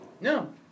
No